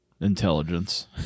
intelligence